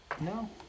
No